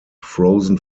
frozen